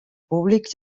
públic